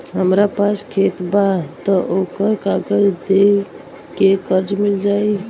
हमरा पास खेत बा त ओकर कागज दे के कर्जा मिल जाई?